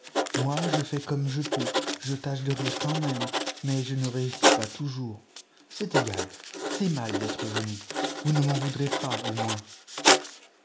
moi je fais comme je peux je tâche de rire quand même mais je ne réussis pas toujours c'est égal c'est mal d'être venue vous ne m'en vouorez pas au moins